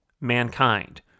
Mankind